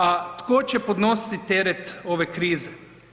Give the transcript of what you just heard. A tko će podnositi teret ove krize?